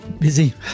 Busy